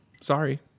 Sorry